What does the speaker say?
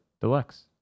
Deluxe